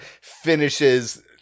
finishes